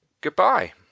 Goodbye